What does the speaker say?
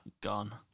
gone